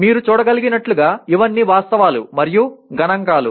మీరు చూడగలిగినట్లుగా ఇవన్నీ వాస్తవాలు మరియు గణాంకాలు